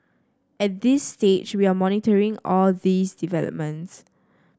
at this stage we are monitoring all these developments